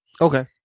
Okay